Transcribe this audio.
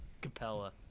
Capella